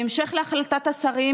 בהמשך להחלטת השרים,